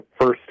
first